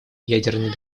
ядерной